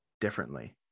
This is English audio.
differently